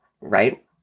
right